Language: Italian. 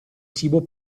cibo